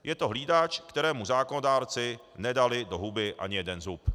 Je to hlídač, kterému zákonodárci nedali do huby ani jeden zub.